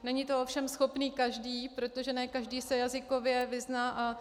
Není toho ovšem schopný každý, protože ne každý se jazykově vyzná.